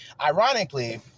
Ironically